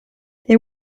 they